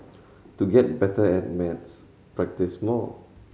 to get better at maths practise more